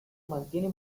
mantiene